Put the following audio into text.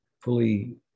fully